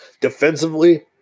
Defensively